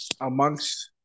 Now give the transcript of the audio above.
amongst